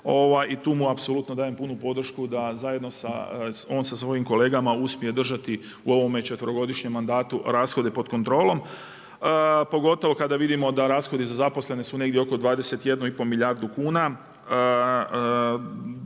I tu mu apsolutno dajem punu podršku da zajedno sa, on sa svojim kolegama uspije držati u ovome četverogodišnjem mandatu rashode pod kontrolom. Pogotovo kada vidimo da rashodi za zaposlene su negdje oko 21,5 milijardu kuna.